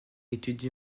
étudie